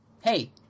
Hey